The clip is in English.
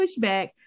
pushback